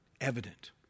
Evident